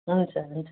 हुन्छ हुन्छ